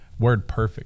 WordPerfect